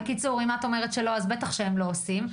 אם את אומרת שלא, אז בטח שהם לא עושים.